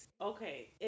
Okay